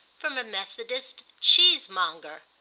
from a methodist cheesemonger.